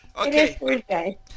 Okay